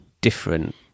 different